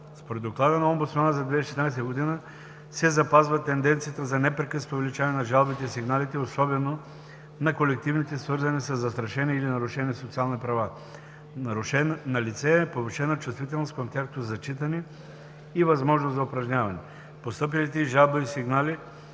Според Доклада на омбудсмана през 2016 г. се запазва тенденцията за непрекъснато увеличаване на жалбите и сигналите, особено на колективните, свързани със застрашени или нарушени социални права. Налице е повишена чувствителност към тяхното зачитане и възможност за упражняване. Постъпилите жалби и сигнали